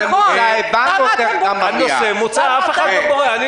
--- יוליה, אף אחד לא בורח מזה.